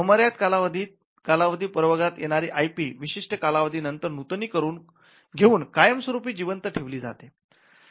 अमर्याद कालावधी प्रवर्गात येणारी आय पी विशिष्ट कालावधी नंतर नूतनीकरण करून घेऊन कायम स्वरुपी जिवंत ठेवली जाते